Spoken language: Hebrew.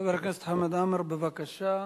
חבר הכנסת חמד עמאר, בבקשה,